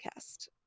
podcast